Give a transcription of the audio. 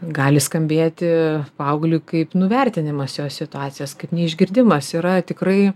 gali skambėti paaugliui kaip nuvertinimas jo situacijos kaip neišgirdimas yra tikrai